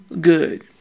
good